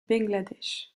bangladesh